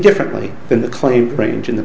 differently than the claimed range in the